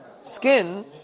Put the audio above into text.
skin